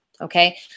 Okay